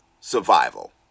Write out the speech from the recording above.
survival